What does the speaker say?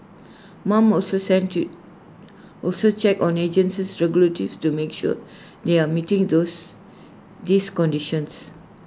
mom also thank to also checks on agencies regularly to make sure they are meeting those these conditions